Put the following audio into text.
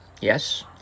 yes